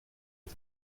est